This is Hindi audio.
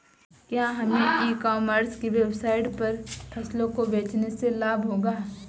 क्या हमें ई कॉमर्स की वेबसाइट पर फसलों को बेचने से लाभ होगा?